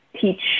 teach